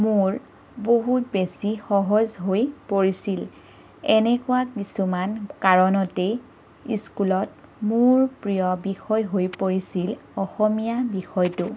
মোৰ বহুত বেছি সহজ হৈ পৰিছিল এনেকুৱা কিছুমান কাৰণতেই স্কুলত মোৰ প্ৰিয় বিষয় হৈ পৰিছিল অসমীয়া বিষয়টো